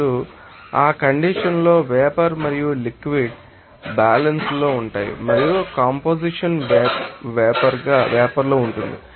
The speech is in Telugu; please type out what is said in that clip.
ఇప్పుడు ఆ కండిషన్ లో వేపర్ మరియు లిక్విడ్ ం బ్యాలన్స్ లో ఉంటాయి మరియు కంపొజిషన్ వేపర్ లో ఉంటుంది